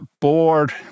bored